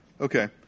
Okay